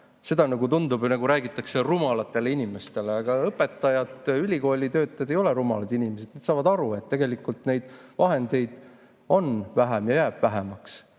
vähemaks, tundub, et räägitakse rumalatele inimestele. Aga õpetajad, ülikooli töötajad ei ole rumalad inimesed, nad saavad aru, et tegelikult neid vahendeid on vähem ja jääb vähemaks.